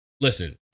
listen